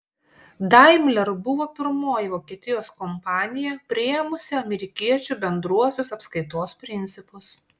daimler buvo pirmoji vokietijos kompanija priėmusi amerikiečių bendruosius apskaitos principus